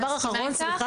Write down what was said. מסכימה איתך,